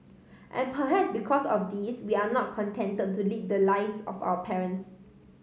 and perhaps because of this we are not contented to lead the lives of our parents